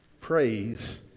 praise